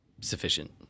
sufficient